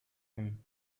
him